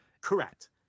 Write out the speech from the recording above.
Correct